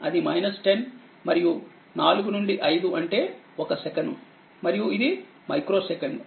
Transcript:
అది 10 మరియు 4 నుండి 5 అంటే 1సెకను మరియు ఇది మైక్రో సెకండ్